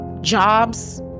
jobs